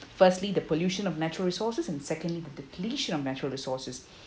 firstly the pollution of natural resources and secondly the depletion of natural resources